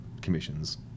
commissions